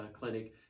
clinic